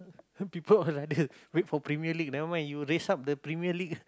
people all like that wait for Premier-League never mind you raise up the Premier-League